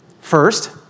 First